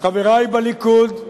חברי בליכוד,